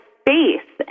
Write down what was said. space